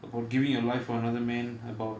about giving your life for another man about